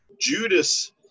Judas